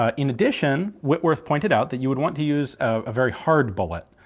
ah in addition whitworth pointed out that you would want to use a very hard bullet.